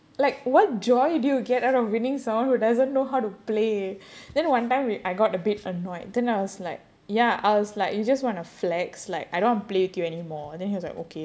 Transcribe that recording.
like what joy do you get out of winning someone who doesn't know how to play then one time we I got a bit annoyed then I was like ya I was like you just want to flex like I don't play with you anymore and then he was like okay